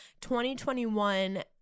2021